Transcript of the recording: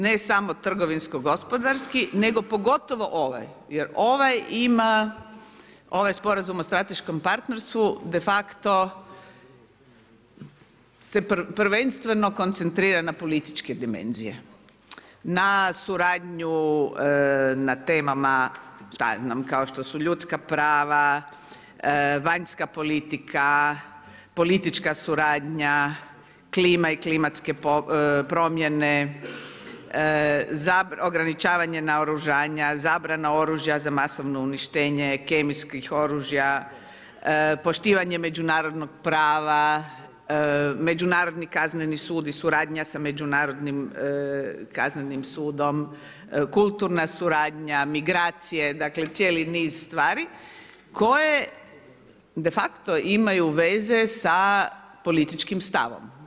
Ne samo trgovinsko gospodarski, nego pogotovo ovaj, jer ovaj ima, ovaj Sporazum o strateškom partnerstvu, de facto, se prvenstveno koncentrira na političke dimenzije, na suradnju na temama šta ja znam, kao što su ljudska prava, vanjska politika, politička suradnja, klima i klimatske promjene, ograničavanje naoružanja, zabrana oruža za masovno uništenje, kemijskih oružja, poštivanje međunarodnog prava, međunarodni kazneni sud i suradnja sa međunarodnim kaznenim sudom, kulturna suradnja, migracije, dakle, cijeli niz stvari, koje de facto imaju veze sa političkim stavom.